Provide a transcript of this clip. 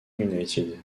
united